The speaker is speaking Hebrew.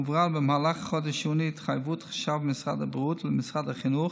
הועברה במהלך חודש יוני התחייבות חשב משרד הבריאות למשרד החינוך